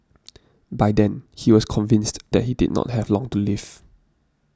by then he was convinced that he did not have long to live